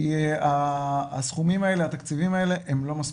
כי הסכומים האלה, התקציבים האלה לא מספיקים.